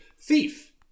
Thief